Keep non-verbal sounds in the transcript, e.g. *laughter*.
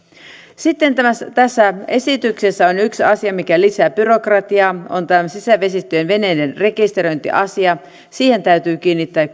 sitten tässä esityksessä on yksi asia mikä lisää byrokratiaa tämä sisävesistöjen veneiden rekisteröintiasia siihen täytyy kiinnittää *unintelligible*